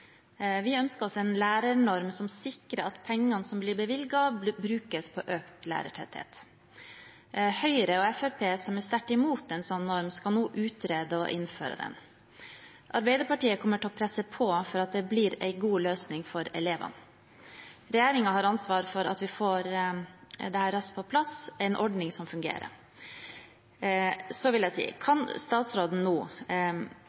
Vi ønsker oss en lærernorm som sikrer at pengene som blir bevilget, brukes på økt lærertetthet. Høyre og Fremskrittspartiet, som er sterkt imot en slik norm, skal nå utrede og innføre den. Arbeiderpartiet kommer til å presse på for at det blir en god løsning for elevene. Regjeringen har ansvar for at vi raskt får på plass en ordning som fungerer. Så vil jeg si: Kan statsråden nå